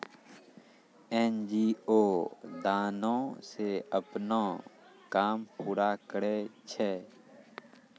NGO दानो से अपनो काम पूरा करै छै